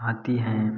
आती हैं